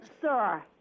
sir